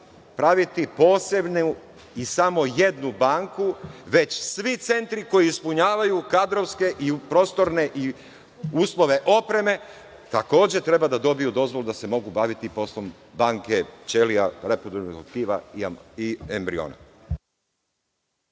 praviti posebnu i samo jednu banku, već svi centri koji ispunjavaju kadrovske i u prostorne i uslove opreme, takođe treba da dobiju dozvolu da se mogu baviti poslom banke ćelija reproduktivnog tkiva i embriona.